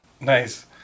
Nice